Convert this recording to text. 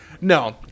no